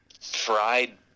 fried